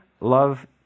love